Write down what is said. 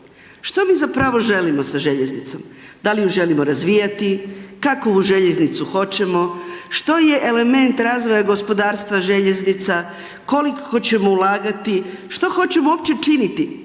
Što mi zapravo želimo sa željeznicom, da li ju želimo razvijati, kavu željeznicu hoćemo? Što je element razvoja gospodarstva željeznica, koliko ćemo ulagati, što hoćemo uopće činiti?